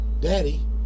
daddy